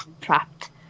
trapped